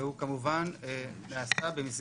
והוא נעשה במסגרת